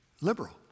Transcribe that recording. liberal